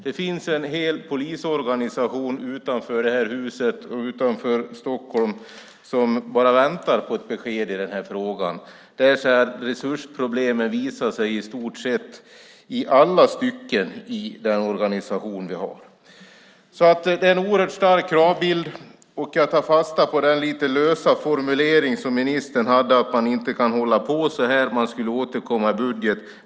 Det finns en hel polisorganisation utanför Stockholm som väntar på ett besked i den här frågan. Resursproblemen visar sig i stort sett i alla stycken i den organisation vi har. Det är oerhört starka krav. Jag tar fasta på den lite lösa formulering som ministern hade om att man inte kan hålla på så här, man skulle återkomma i budget.